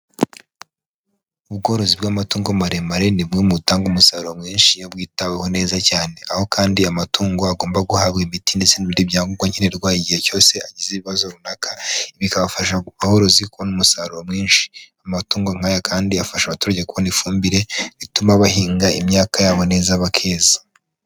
Ubworozi bw'amatungo maremare ni bumwe mu butanga umusaruro mwinshi iyo bwitaweho neza cyane, aho kandi amatungo agomba guhabwa imiti ndetse n'ibindi byangombwa nkenerwa igihe cyose agize ibibazo runaka bikabafasha aborozi kubona umusaruro mwinshi, amatungo nk'aya kandi afasha abaturage kubona ifumbire ituma bahinga imyaka yabo neza bakeza.